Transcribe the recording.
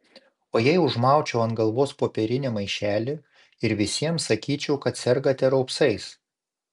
o jei užmaučiau ant galvos popierinį maišelį ir visiems sakyčiau kad sergate raupsais